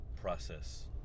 process